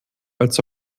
als